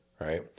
right